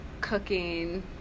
Cooking